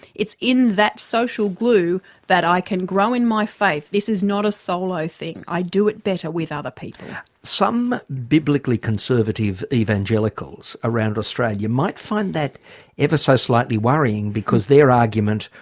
it's in that social glue that i can grow in my faith. this is not a solo thing. i do it better with other people. some biblically conservative evangelicals around australia might find that ever so slightly worrying, because their argument,